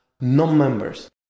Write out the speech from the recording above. non-members